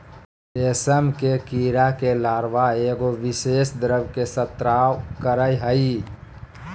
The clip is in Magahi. रेशम के कीड़ा के लार्वा एगो विशेष द्रव के स्त्राव करय हइ